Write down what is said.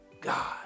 God